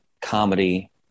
comedy